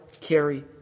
carry